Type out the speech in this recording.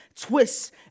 twists